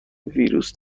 ویروس